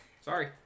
Sorry